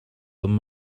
them